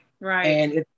right